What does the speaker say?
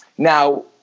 Now